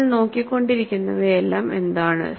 നമ്മൾ നോക്കിക്കൊണ്ടിരിക്കുന്നവയെല്ലാം എന്താണ്